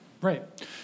Right